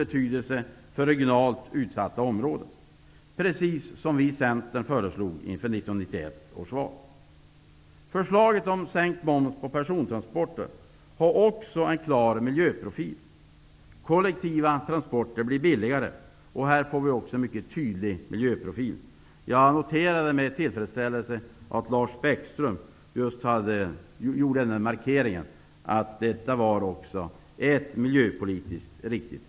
Det är beklämmande att en sådan politiker som Allan Larsson aldrig förmår lyfta sig över dysterheten och problemen. Politiken behöver optimister. Politiken behöver dem som skapar framtidstro. Politiken behöver mindre av dysterkvistar och mer av opitimister.